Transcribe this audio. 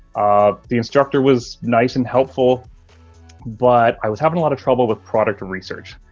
ah the instructor was nice and helpful but i was having a lot of trouble with product research.